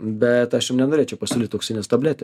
bet aš norėčiau pasiūlyt auksinės tabletė